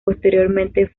posteriormente